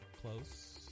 close